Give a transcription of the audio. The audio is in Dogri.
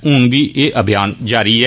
हुन बी एह अभियान जारी ऐ